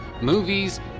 movies